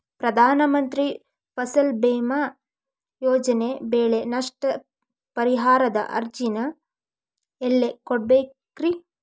ಪ್ರಧಾನ ಮಂತ್ರಿ ಫಸಲ್ ಭೇಮಾ ಯೋಜನೆ ಬೆಳೆ ನಷ್ಟ ಪರಿಹಾರದ ಅರ್ಜಿನ ಎಲ್ಲೆ ಕೊಡ್ಬೇಕ್ರಿ?